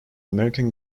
american